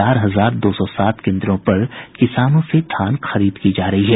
चार हजार दो सौ सात केंद्रों पर किसानों से धान खरीद की जा रही है